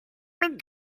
mit